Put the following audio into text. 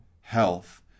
health